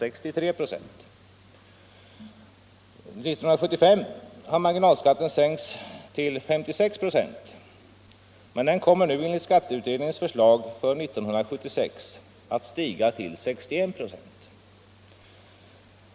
1975 har marginalskatten sänkts till 56 96, men den kommer enligt skatteutredningens förslag att 1976 stiga till 61 96.